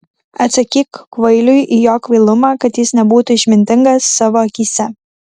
atsakyk kvailiui į jo kvailumą kad jis nebūtų išmintingas savo akyse